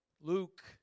Luke